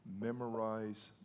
memorize